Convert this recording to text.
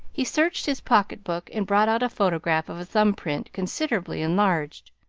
he searched his pocket-book and brought out a photograph of a thumb-print considerably enlarged.